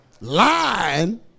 lying